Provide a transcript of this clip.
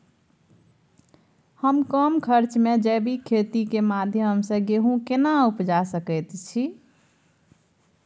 हम कम खर्च में जैविक खेती के माध्यम से गेहूं केना उपजा सकेत छी?